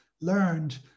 learned